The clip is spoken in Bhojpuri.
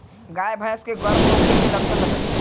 गाय भैंस के गर्म होखे के लक्षण बताई?